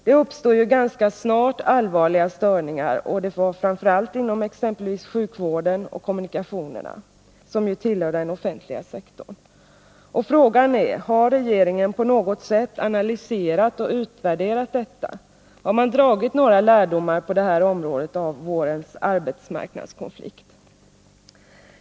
Det uppstod ganska snart störningar, framför allt inom sjukvården och kommunikationerna, som ju tillhör den offentliga sektorn. Och frågan är: Har regeringen på något sätt analyserat och utvärderat detta? Har man dragit några lärdomar på det här området av vårens arbetsmarknadskonflikt?